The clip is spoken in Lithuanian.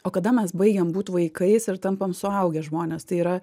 o kada mes baigiam būt vaikais ir tampam suaugę žmonės tai yra